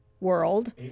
world